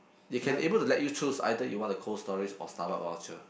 it can able to let you choose either you want a Cold Storage or Starbucks voucher